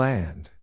Land